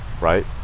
right